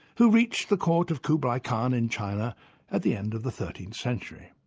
who reached the court of kublai khan in china at the end of the thirteenth century.